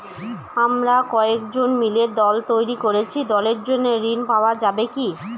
আমরা কয়েকজন মিলে দল তৈরি করেছি দলের জন্য ঋণ পাওয়া যাবে কি?